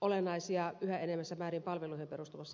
olennaisia yhä enenevässä määrin palveluihin perustuvassa yhteiskunnassamme